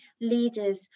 leaders